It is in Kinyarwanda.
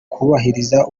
kubahiriza